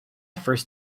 first